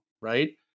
right